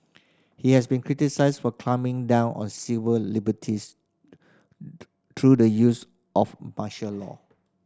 he has been criticised for clamping down on civil liberties through the use of martial law